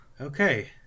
okay